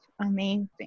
amazing